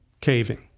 caving